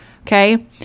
okay